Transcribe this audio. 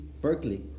Berkeley